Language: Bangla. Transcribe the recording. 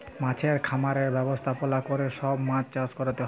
মাছের খামারের ব্যবস্থাপলা ক্যরে সব মাছ চাষ ক্যরতে হ্যয়